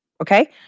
Okay